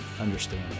understand